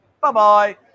Bye-bye